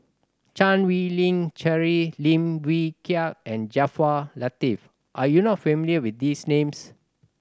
Chan Wei Ling Cheryl Lim Wee Kiak and Jaafar Latiff are you not familiar with these names